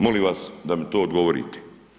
Molim vas da mi to odgovorite.